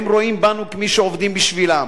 הם רואים בנו כמי שעובדים בשבילם.